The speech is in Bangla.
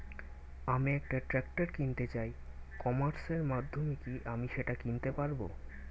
আমি একটা ট্রাক্টর কিনতে চাই ই কমার্সের মাধ্যমে কি আমি সেটা কিনতে পারব?